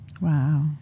wow